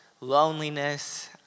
loneliness